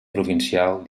provincial